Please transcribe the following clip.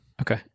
okay